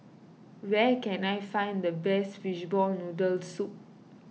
where can I find the best Fishball Noodle Soup